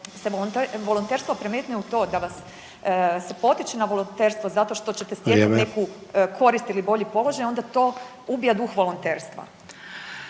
se volonterstvo premetne u to da vas se potiče na volonterstvo zato što ćete stjecat …/Upadica: Vrijeme./… neku korist ili bolji položaj onda to ubija duh volonterstva.